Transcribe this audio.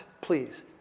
please